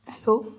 hello